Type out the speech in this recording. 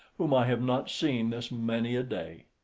whom i have not seen this many a day.